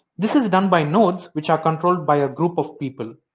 this is done by nodes which are controlled by a group of people.